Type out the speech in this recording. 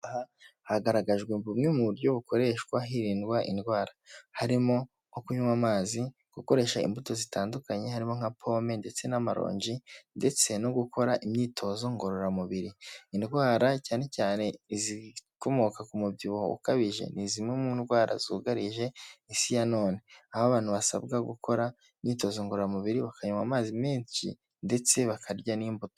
Hagaragajwe bumwe mu buryo bukoreshwa hirindwa indwara, harimo nko kunywa amazi, gukoresha imbuto zitandukanye harimo nka pome ndetse n'amaronji, ndetse no gukora imyitozo ngororamubiri, indwara cyane cyane izikomoka ku mubyibuho ukabije, ni zimwe mu ndwara zugarije isi ya none aho abantu basabwa gukora imyitozo ngororamubiri bakanywa amazi menshi ndetse bakarya n'imbuto.